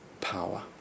power